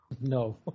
No